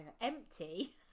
empty